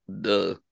Duh